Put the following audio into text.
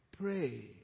pray